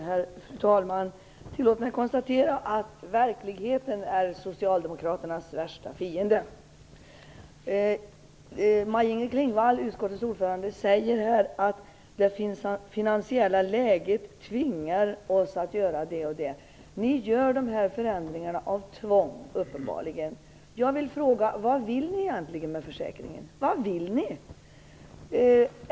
Fru talman! Tillåt mig konstatera att verkligheten är Socialdemokraternas värsta fiende. Maj-Inger Klingvall, utskottets ordförande, säger här att det finansiella läget tvingar oss att göra vissa saker. Ni genomför uppenbarligen de här förändringarna av tvång. Jag vill fråga vad ni egentligen vill med försäkringen?